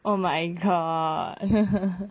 oh my god